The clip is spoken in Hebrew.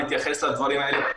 נתייחס לדברים האלה.